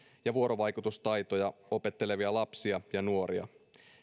että vuorovaikutustaitoja opettelevia lapsia ja nuoria